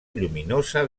lluminosa